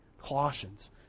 Colossians